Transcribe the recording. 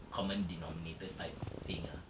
common denominator type thing ah